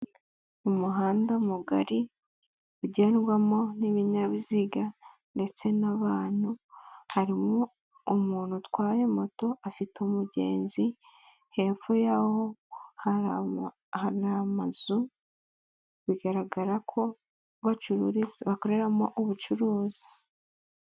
Umuhanda mugari ugendwamo n'ibinyabiziga ndetse n'abantu, harimo umuntu utwaye moto afite umugenzi, hepfo yaho hari amazu bigaragara ko bakoreramo ubucuruzi.